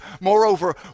moreover